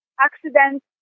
accident